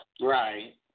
Right